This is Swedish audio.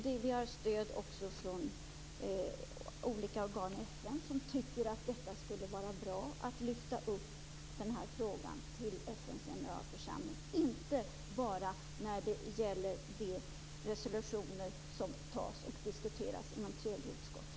Vi har stöd hos olika organ i FN, som tycker att det skulle vara bra att lyfta upp frågan till FN:s generalförsamling, inte bara när det gäller de resolutioner som diskuteras inom tredje utskottet.